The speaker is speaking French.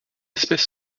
espèce